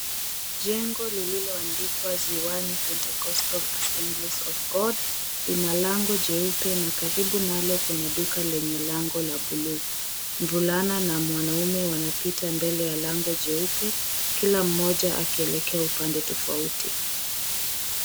Jengo lililoandikwa, Ziwani Pentecostal Assemblies of God, lina lango jeupe, na karibu nalo kuna duka lenye lango la buluu. Mvulana na mwanamume wanapita mbele ya lango jeupe, kila mmoja akielekea upande tofauti.